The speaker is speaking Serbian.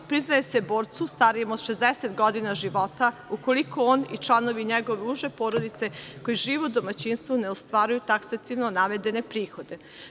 Priznaje se borcu starijem od 60 godina života, ukoliko on i članovi njegove uže porodice koji žive u domaćinstvu ne ostvaruju taksativno navedene prihode.